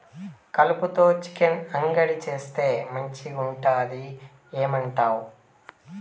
కలుపతో చికెన్ అంగడి చేయిస్తే మంచిగుంటది ఏమంటావు